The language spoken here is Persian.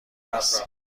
است